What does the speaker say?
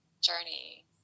journey